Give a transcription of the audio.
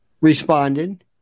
responded